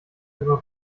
über